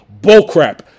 Bullcrap